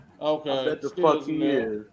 Okay